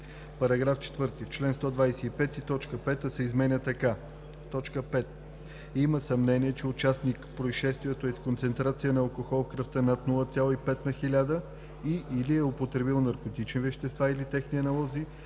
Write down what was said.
§ 4: „§ 4. В чл. 125 т. 5 се изменя така: „5. има съмнение, че участник в произшествието е с концентрация на алкохол в кръвта над 0,5 на хиляда и/или е употребил наркотични вещества или техни аналози,